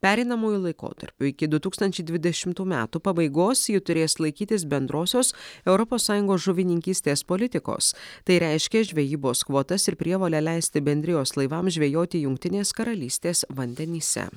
pereinamuoju laikotarpiu iki du tūkstančiai dvidešimtų metų pabaigos ji turės laikytis bendrosios europos sąjungos žuvininkystės politikos tai reiškia žvejybos kvotas ir prievolę leisti bendrijos laivams žvejoti jungtinės karalystės vandenyse